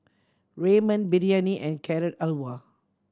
Ramen Biryani and Carrot Halwa